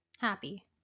Happy